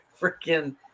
freaking